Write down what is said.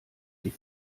die